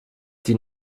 die